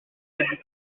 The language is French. débuté